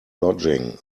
lodging